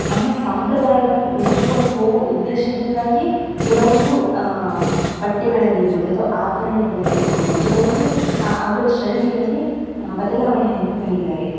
ನಮ್ಮ ಸಂಪ್ರದಾಯವನ್ನು ಉಳಿಸ್ಕೊಂಡು ಹೋಗೋ ಉದ್ದೇಶದಿಂದಾಗಿಯೇ ಕೆಲವೊಂದು ಬಟ್ಟೆಗಳಲ್ಲಿರ್ಬೋದು ಅಥ್ವಾ ಆಭರಣಗಳಲ್ಲಿರ್ಬೋದು ಕೆಲವೊಂದು ಅವುಗಳ ಶೈಲಿಯಲ್ಲಿ ಬದಲಾವಣೆಯನ್ನು ತಂದಿದ್ದಾರೆ